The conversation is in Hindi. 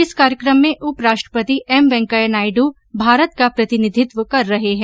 इस कार्यक्रम में उपराष्ट्रपति एम वेंकैया नायडू भारत का प्रतिनिधित्व कर रहे हैं